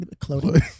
clothing